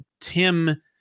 Tim